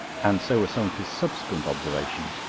and so were some of his subsequent observations,